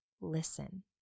listen